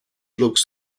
looks